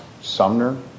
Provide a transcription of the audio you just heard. Sumner